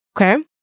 Okay